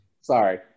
Sorry